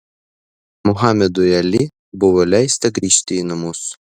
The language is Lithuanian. muhamedui ali buvo leista grįžti į namus